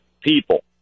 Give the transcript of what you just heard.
people